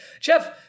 Jeff